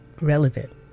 relevant